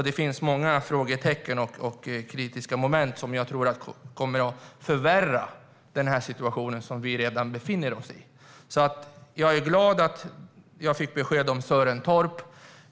Det finns alltså många frågetecken och kritiska moment som jag tror kommer att förvärra den situation vi redan befinner oss i. Jag är glad att jag fick besked om Sörentorp.